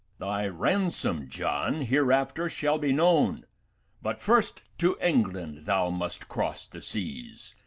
thy ransom, john, hereafter shall be known but first to england thou must cross the seas,